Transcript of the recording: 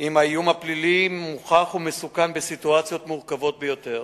עם איום פלילי מוכח ומסוכן בסיטואציות מורכבות ביותר.